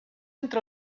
entre